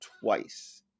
twice